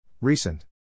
Recent